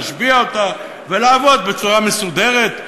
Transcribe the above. להשביע אותה ולעבוד בצורה מסודרת?